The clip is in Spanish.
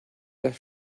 las